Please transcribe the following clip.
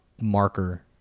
marker